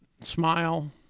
smile